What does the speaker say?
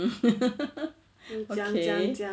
okay